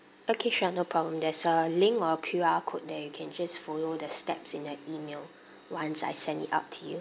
okay sure no problem there's a link or Q_R code then you can just follow the steps in the email once I send it out to you